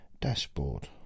Dashboard